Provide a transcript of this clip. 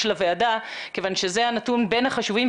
לוועדה כיוון שזה אחד הנתונים החשובים.